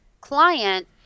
client